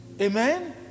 Amen